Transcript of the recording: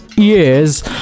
years